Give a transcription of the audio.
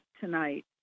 tonight